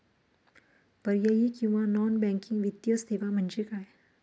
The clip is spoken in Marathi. पर्यायी किंवा नॉन बँकिंग वित्तीय सेवा म्हणजे काय?